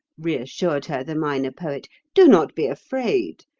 reassured her the minor poet, do not be afraid.